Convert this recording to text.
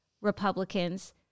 Republicans